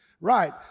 Right